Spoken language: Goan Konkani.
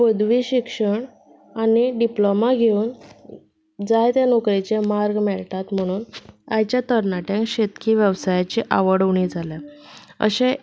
पदवी शिक्षण आनी डिप्लोमा घेवन जाय ते नोकरेचे मार्ग मेळटात म्हणून आयच्या तरणाट्यांक शेतकी वेवसायाचें आवड उणी जाल्या